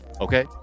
okay